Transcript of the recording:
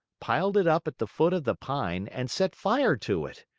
piled it up at the foot of the pine, and set fire to it.